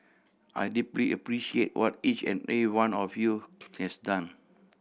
I deeply appreciate what each and every one of you has done